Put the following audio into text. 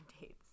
dates